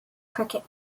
cricket